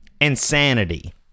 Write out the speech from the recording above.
Insanity